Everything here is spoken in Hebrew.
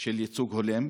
של ייצוג הולם,